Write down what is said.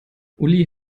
uli